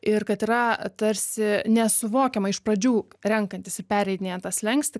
ir kad yra tarsi nesuvokiama iš pradžių renkantis ir pereidinėjant į tą slenkstį